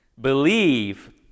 believe